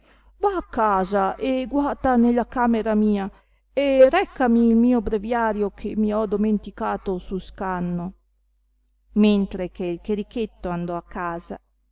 va a casa e guata nella camera mia e recami il mio breviario che mi ho domenticato sul scanno mentre che cherichetto andò a casa